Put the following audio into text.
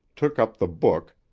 took up the book,